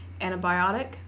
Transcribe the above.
antibiotic